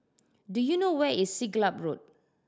do you know where is Siglap Road